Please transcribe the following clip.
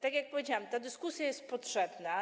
Tak jak powiedziałam, ta dyskusja jest potrzebna.